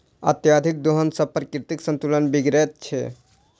अत्यधिक दोहन सॅ प्राकृतिक संतुलन बिगड़ैत छै